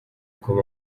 uko